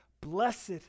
Blessed